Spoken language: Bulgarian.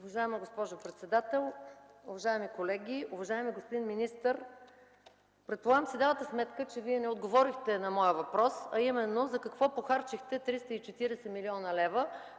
Уважаема госпожо председател, уважаеми колеги! Уважаеми господин министър, предполагам давате си сметка, че Вие не отговорихте на моя въпрос, а именно за какво похарчихте 340 млн. лв.,